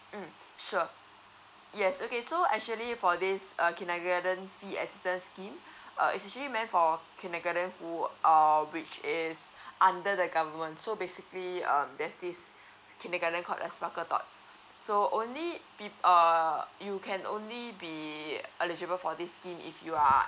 mm sure yes okay so actually for this err kindergarten fee assistance scheme err it's actually meant for kindergarten who are which is under the government so basically um there's this kindergarten called a sparkletot so only peep err you can only be eligible for this scheme if you are